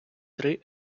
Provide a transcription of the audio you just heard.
три